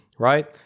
right